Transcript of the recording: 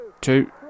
two